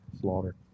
Slaughter